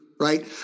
right